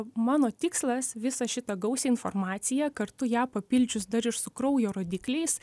mano tikslas visą šitą gausią informaciją kartu ją papildžius dar ir su kraujo rodikliais